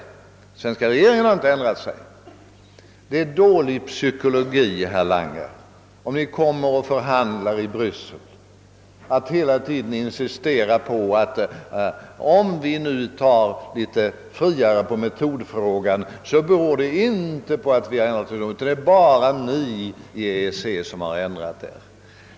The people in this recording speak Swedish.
Den svenska regeringen har inte ändrat sig.» Det är dålig psykologi, herr Lange, att vid förhandlingar i Bryssel hela tiden insistera på att när Sverige nu — med bevarad neutralitetspolitik — tar friare på metodfrågan, beror det inte på att vi har ändrat någonting hos oss utan bara på att EEC har ändrat sig.